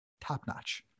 top-notch